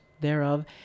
thereof